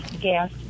gas